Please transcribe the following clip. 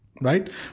right